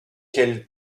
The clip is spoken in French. qu’elle